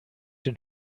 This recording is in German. den